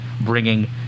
bringing